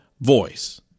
voice